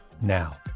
now